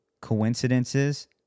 coincidences